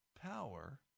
power